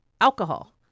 alcohol